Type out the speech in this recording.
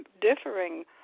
differing